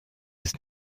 ist